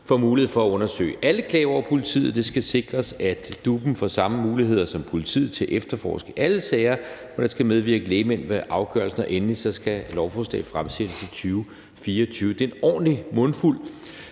får mulighed for at undersøge alle klager over politiet, og at DUP'en får samme muligheder som politiet til at efterforske i alle sager, og hvor der skal medvirke lægmænd ved afgørelserne. Og endelig skal et lovforslag fremsættes i 2024. Det er en ordentlig mundfuld.